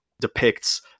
depicts